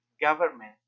government